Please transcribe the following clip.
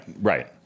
Right